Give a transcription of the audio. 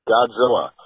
Godzilla